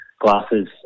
glasses